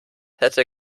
hätte